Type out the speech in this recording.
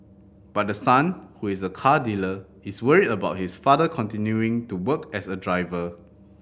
but the son who is a car dealer is worried about his father continuing to work as a driver